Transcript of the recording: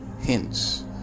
hints